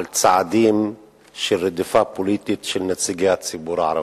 צעדים של רדיפה פוליטית של נציגי הציבור הערבי.